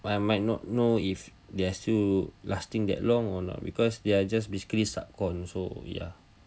but might not know if there still lasting that long or not because they are just basically sub com so ya okay then